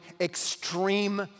extreme